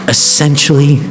essentially